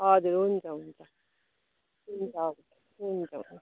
हजुर हुन्छ हुन्छ हुन्छ हवस् हुन्छ